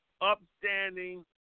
upstanding